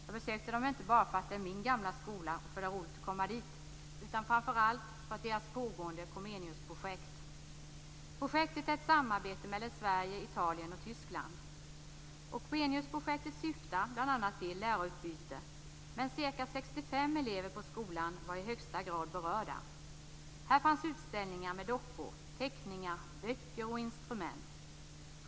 Jag besökte den inte bara för att det är min gamla skola och för att det är roligt att komma dit, utan framför allt för att skolans pågående Comeniusprojekt. Projektet är ett samarbete mellan Sverige, Italien och Tyskland. Comeniusprojektet syftar bl.a. till lärarutbyte. Men ca 65 elever på skolan var i högsta grad berörda. Här fanns utställningar med dockor, teckningar, böcker och instrument.